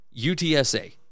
UTSA